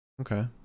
okay